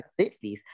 60s